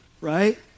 right